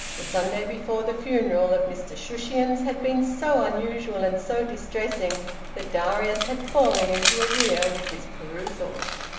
the sunday before the funeral of mr shushions had been so unusual and so distressing that darius had fallen into arrear with his perusals.